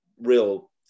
real